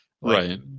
right